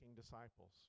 disciples